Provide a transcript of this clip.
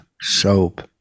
soap